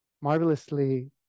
Marvelously